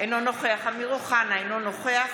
אינו נוכח אמיר אוחנה, אינו נוכח